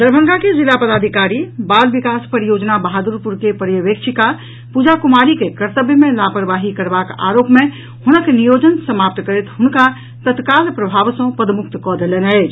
दरभंगा के जिला पदाधिकारी बाल विकास परियोजना बहादुरपुर के पर्यवेक्षिका पूजा कुमारी के कर्तव्य मे लापरवाही करबाक आरोप मे हुनक नियोजन समाप्त करैत हुनका तत्काल प्रभाव सॅ पदमुक्त कऽ देलनि अछि